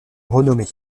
renommée